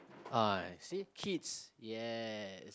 ah see kith yes